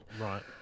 Right